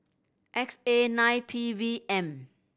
X A nine P V M